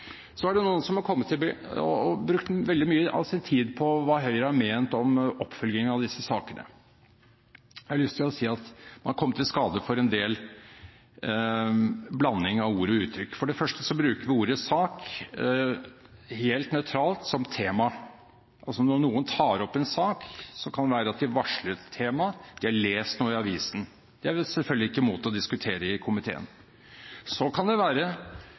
Så er det noen som har brukt veldig mye av sin tid på hva Høyre har ment om oppfølgingen av disse sakene. Jeg har lyst til å si at man har kommet i skade for en del blanding av ord og uttrykk. For det første bruker vi ordet sak helt nøytralt som tema. Når noen tar opp en sak, kan det være at de varsler et tema, eller de har lest noe i avisen. Det er vi selvfølgelig ikke imot å diskutere i komiteen. Så kan det være